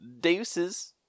Deuces